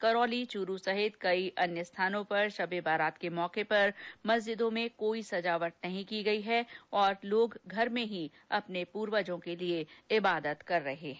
करौली चूरू सहित कई अन्य स्थानों पर शब ए बारात के मौके पर मस्जिदों में कोई सजावट नहीं की गई है और लोग घर में ही अपने पूर्वजों के लिए इबादत कर रहे हैं